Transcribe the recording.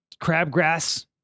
crabgrass